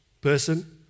person